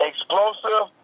Explosive